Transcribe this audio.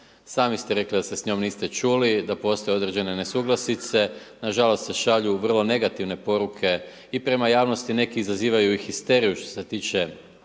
sami ste rekli da se s njom niste čuli, da postoje određene nesuglasici, nažalost se šalju vrlo negativne poruke i prema javnosti, neki izazivaju i histeriju što se tiče